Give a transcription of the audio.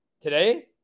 Today